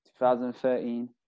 2013